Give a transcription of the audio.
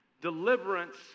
Deliverance